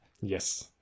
Yes